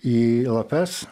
į lapes